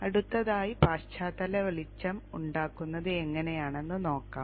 അടുത്തതായി പശ്ചാത്തല വെളിച്ചം ഉണ്ടാക്കുന്നത് എങ്ങനെയാണെന്ന് നോക്കാം